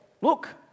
look